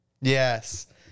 Yes